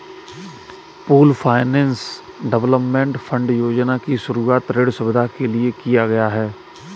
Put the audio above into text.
pooled finance development fund योजना की शुरूआत ऋण सुविधा के लिए किया गया है